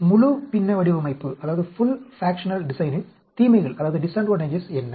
எனவே முழு பின்ன வடிவமைப்பின் தீமைகள் என்ன